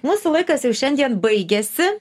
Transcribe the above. mūsų laikas jau šiandien baigiasi